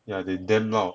yeah they damn loud